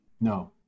No